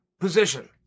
position